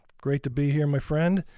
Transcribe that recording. great to be here, my friend.